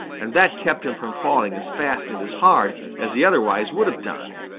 and that kept him from falling as fast and as hard as he otherwise would have done,